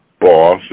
boss